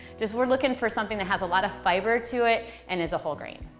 just we're looking for something that has a lot of fiber to it and is a whole grain.